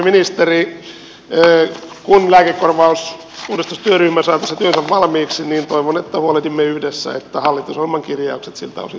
arvoisa ministeri kun lääkekorvausuudistustyöryhmä saa työnsä valmiiksi niin toivon että huolehdimme yhdessä että hallitusohjelman kirjaukset siltä osin toteutuvat